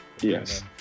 Yes